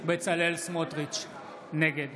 בצלאל סמוטריץ' נגד